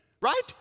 right